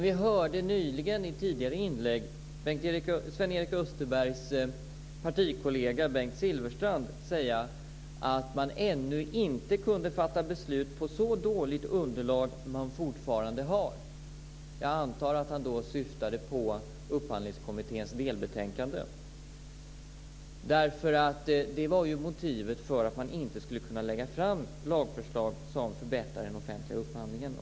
Vi hörde nyligen i tidigare inlägg Sven-Erik Österbergs partikollega Bengt Silfverstrand säga att man ännu inte kunde fatta beslut på ett så dåligt underlag som man fortfarande har. Jag antar att han då syftade på Upphandlingskommitténs delbetänkande, eftersom det var motivet för att man inte skulle kunna lägga fram lagförslag som förbättrar den offentliga upphandlingen.